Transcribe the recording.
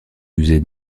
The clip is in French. musée